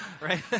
right